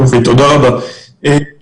בוא ניתן להשתמש בכלי הזה כדי שיחזיר